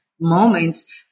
moments